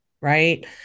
right